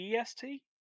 EST